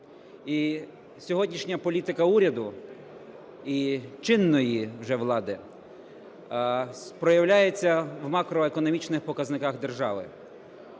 І сьогоднішня політика уряду, і чинної вже влади, проявляється в макроекономічних показниках держави.